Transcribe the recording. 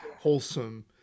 wholesome